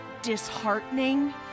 disheartening